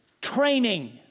training